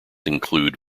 include